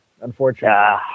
unfortunately